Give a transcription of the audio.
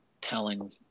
telling